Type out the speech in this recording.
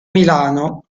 milano